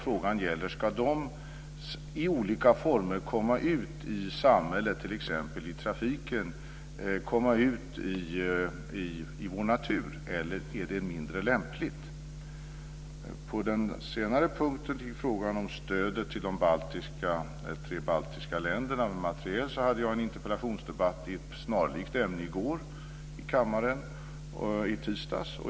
Frågan är om de i olika former ska komma ut i samhället, t.ex. i trafiken, och i vår natur, eller är det mindre lämpligt? På den senare punkten - frågan om stödet till de tre baltiska länderna vad beträffar materiel - kan jag säga att jag hade en interpellationsdebatt i ett snarlikt ämne i kammaren i tisdags.